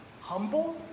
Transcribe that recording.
humble